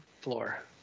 floor